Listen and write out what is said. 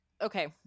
Okay